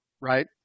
right